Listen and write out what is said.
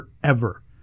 forever